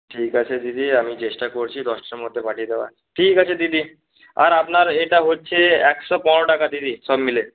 ঠিক আছে দিদি আমি চেষ্টা করছি দশটার মধ্যে পাঠিয়ে দেওয়ার ঠিক আছে দিদি আর আপনার এটা হচ্ছে একশো পনেরো টাকা দিদি সব মিলে